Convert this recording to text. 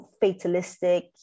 fatalistic